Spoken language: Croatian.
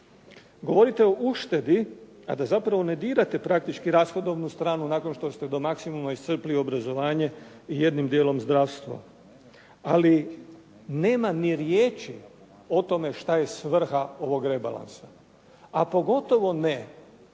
Govorite o uštedi a da zapravo ne dirate praktički rashodovnu stranu nakon što ste do maksimuma iscrpili obrazovanje i jednim djelom zdravstvo, ali nema ni riječi o tome šta je svrha ovog rebalansa a pogotovo ne